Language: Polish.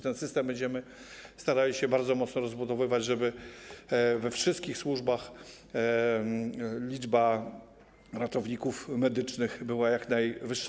Ten system będziemy starali się bardzo mocno rozbudowywać, żeby we wszystkich służbach liczba ratowników medycznych była jak najwyższa.